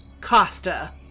Costa